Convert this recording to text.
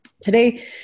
today